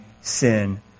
sin